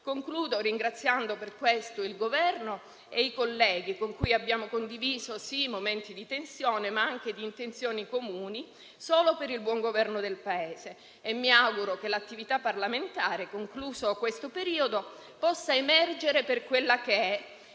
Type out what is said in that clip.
Concludo ringraziando per questo il Governo e i colleghi con cui abbiamo condiviso sì momenti di tensione, ma anche intenzioni comuni solo per il buon governo del Paese. Mi auguro che l'attività parlamentare, concluso questo periodo, possa emergere per quella che è